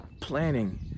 planning